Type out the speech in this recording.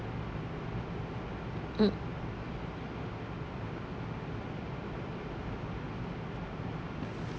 mm